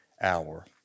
hour